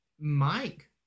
Mike